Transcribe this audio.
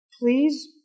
please